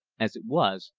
as it was,